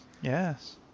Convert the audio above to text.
yes